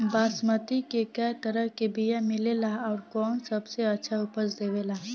बासमती के कै तरह के बीया मिलेला आउर कौन सबसे अच्छा उपज देवेला?